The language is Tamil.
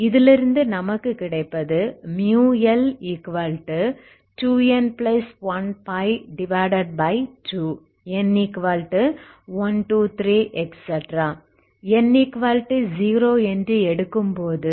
இதிலிருந்து நமக்கு கிடைப்பது μL2n1π2 n0123n0 என்று எடுக்கும்போது அது 2